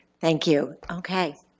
thank you. okay.